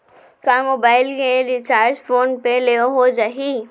का मोबाइल के recharge phone पे ले हो जाही?